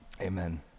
Amen